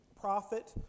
prophet